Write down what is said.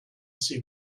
see